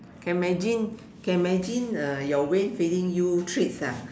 can imagine can imagine uh your Wayne feeding you treats ah